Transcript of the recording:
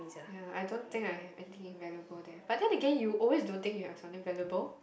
ya I don't think I have anything valuable there but then again you always don't think you have something valuable